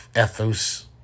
ethos